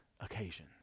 occasion